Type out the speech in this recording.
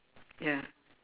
ya